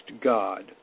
God